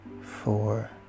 four